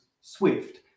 swift